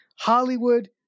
Hollywood